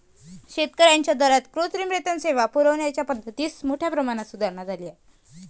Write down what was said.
शेतकर्यांच्या दारात कृत्रिम रेतन सेवा पुरविण्याच्या पद्धतीत मोठ्या प्रमाणात सुधारणा झाली आहे